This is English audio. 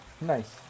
Nice